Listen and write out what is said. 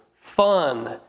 fun